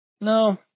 no